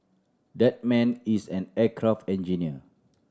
that man is an aircraft engineer